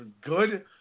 good